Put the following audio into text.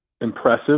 impressive